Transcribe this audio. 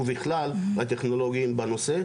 ובכלל על טכנולוגיה בנושא.